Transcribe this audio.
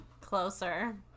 Closer